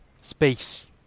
space